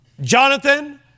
Jonathan